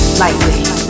lightly